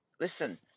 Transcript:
listen